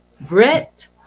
Brett